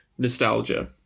nostalgia